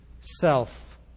self